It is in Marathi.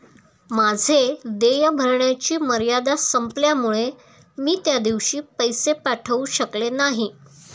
माझे देय भरण्याची मर्यादा संपल्यामुळे मी त्या दिवशी पैसे पाठवू शकले नाही